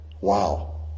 Wow